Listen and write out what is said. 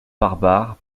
barbare